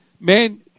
man